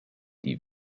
die